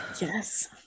yes